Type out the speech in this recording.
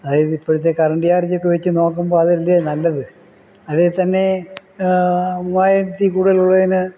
അതായത് ഇപ്പോഴത്തെ current charge ഒക്കെ വെച്ച് നോക്കുമ്പം അതല്ലേ നല്ലത് അതിൽ തന്നെ മൂവായിരത്തിൽ കൂടുതൽ ഉള്ളതിന്